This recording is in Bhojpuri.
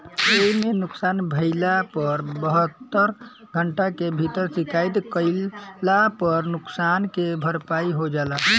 एइमे नुकसान भइला पर बहत्तर घंटा के भीतर शिकायत कईला पर नुकसान के भरपाई हो जाला